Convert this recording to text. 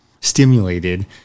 stimulated